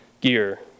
gear